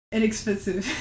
Inexpensive